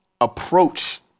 approach